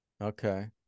Okay